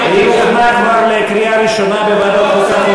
היא קודמה כבר לקריאה ראשונה בוועדת החוקה,